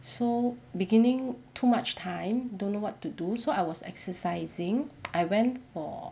so beginning too much time don't know what to do so I was exercising I went for